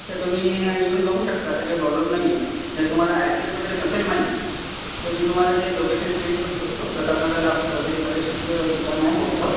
तर तुम्ही येऊन बघू शकता असं काही प्रॉब्लेम नाही आहे नाही तुम्हाला ॲड्रेस वगैरे नसेल माहीत तर मी तुम्हाला ते लोकेशन सेंड करू शकतो प्रतापनगरला आपलं चौधरी कलेक्शनचं दुकान आहे मोठ्ठं